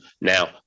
Now